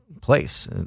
place